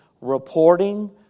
reporting